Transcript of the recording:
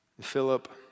Philip